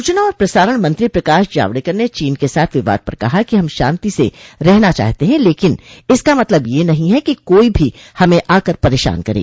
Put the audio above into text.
सूचना और प्रसारण मंत्री प्रकाश जावडेकर ने चीन के साथ विवाद पर कहा कि हम शांति से रहना चाहते है लेकिन इसका मतलब यह नहीं है कि कोई भी हमे आकर परेशान करें